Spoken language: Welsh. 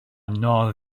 yno